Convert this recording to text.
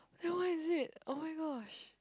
then what is it oh-my-gosh